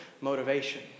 motivation